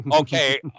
okay